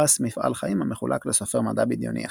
פרס מפעל חיים המחולק לסופר מדע בדיוני אחד,